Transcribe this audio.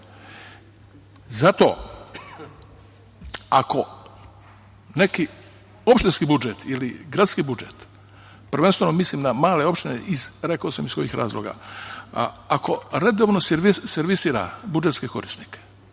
ako neki opštinski budžet ili gradski budžet, prvenstveno mislim na male opštine, rekao sam iz kojih razloga, ako redovno servisira budžetske korisnike,